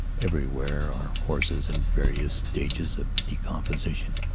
every where are horses in various stages of decomposition.